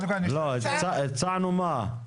הצענו מה?